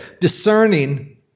Discerning